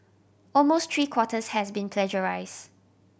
almost three quarters has been plagiarised